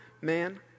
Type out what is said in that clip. man